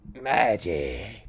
Magic